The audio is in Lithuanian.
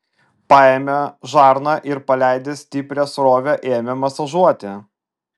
paėmė žarną ir paleidęs stiprią srovę ėmė masažuoti